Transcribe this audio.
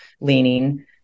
leaning